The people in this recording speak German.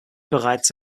bereits